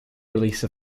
release